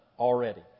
already